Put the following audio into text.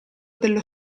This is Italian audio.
dello